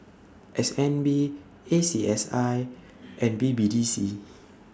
S N B A C S I and B B D C